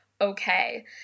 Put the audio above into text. okay